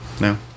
No